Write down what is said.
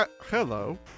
Hello